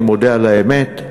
אני מודה על האמת,